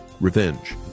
revenge